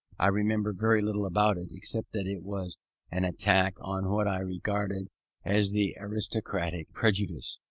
i remember very little about it, except that it was an attack on what i regarded as the aristocratic prejudice,